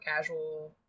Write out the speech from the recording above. casual